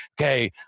okay